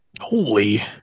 Holy